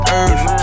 earth